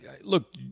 look